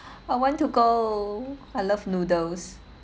I want to go I love noodles